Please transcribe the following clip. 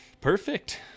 Perfect